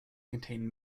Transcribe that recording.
contain